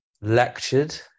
lectured